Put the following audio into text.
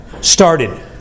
started